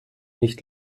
nicht